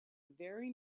very